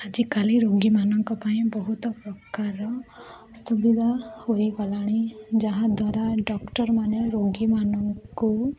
ଆଜିକାଲି ରୋଗୀମାନଙ୍କ ପାଇଁ ବହୁତ ପ୍ରକାର ସୁବିଧା ହୋଇଗଲାଣି ଯାହାଦ୍ୱାରା ଡକ୍ଟରମାନେ ରୋଗୀମାନଙ୍କୁ